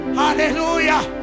hallelujah